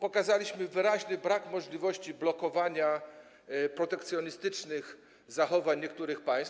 Pokazaliśmy wyraźny brak możliwości blokowania protekcjonistycznych zachowań niektórych państw.